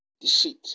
deceit